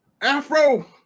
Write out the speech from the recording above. Afro